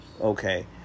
Okay